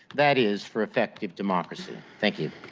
that is, for effective democracy. thank you.